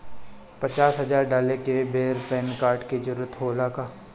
पचास हजार डाले के बेर पैन कार्ड के जरूरत होला का?